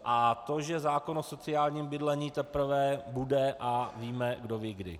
A to, že zákon o sociálním bydlení teprve bude, a víme, kdovíkdy.